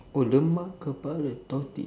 oh lemak kepala tortoi~